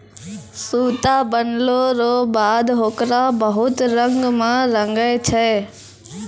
सूता बनलो रो बाद होकरा बहुत रंग मे रंगै छै